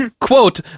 Quote